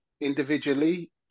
individually